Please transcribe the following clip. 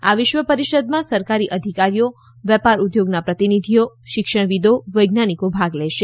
આ વિશ્વ પરિષદમાં સરકારી અધિકારીઓ વેપાર ઉદ્યોગના પ્રતિનિધિઓ શિક્ષણવિદો વૈજ્ઞાનિકો ભાગ લેશે